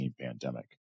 pandemic